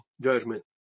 judgment